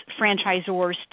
franchisors